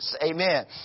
amen